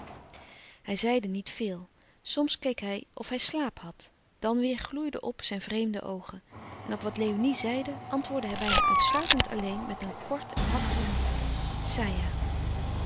hij zeide niet veel soms keek hij of hij slaap had dan weêr gloeiden op zijn vreemde oogen en op wat léonie zeide antwoordde hij bijna uitsluitend alleen met een kort en hakkerig